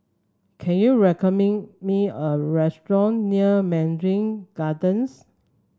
can you me a restaurant near Mandarin Gardens